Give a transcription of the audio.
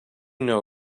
know